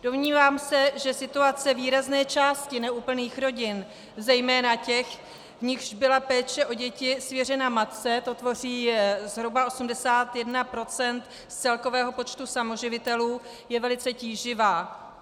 Domnívám se, že situace výrazné části neúplných rodin, zejména těch, v nichž byla péče o děti svěřena matce, to tvoří zhruba 81 % z celkového počtu samoživitelů, je velice tíživá.